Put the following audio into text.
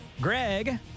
Greg